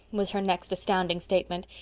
was her next astounding statement,